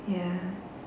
ya